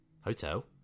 Hotel